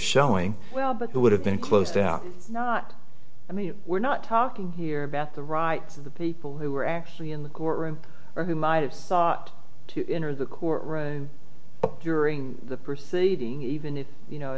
showing well but there would have been closed out not i mean we're not talking here about the rights of the people who were actually in the courtroom or who might have thought to enter the court right during the proceeding even if you know